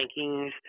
rankings